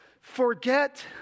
forget